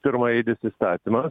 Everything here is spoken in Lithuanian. pirmaeilis įstatymas